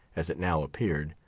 as it now appeared,